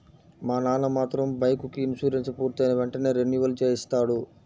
మా నాన్న మాత్రం బైకుకి ఇన్సూరెన్సు పూర్తయిన వెంటనే రెన్యువల్ చేయిస్తాడు